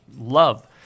love